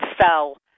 fell